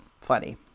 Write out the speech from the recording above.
funny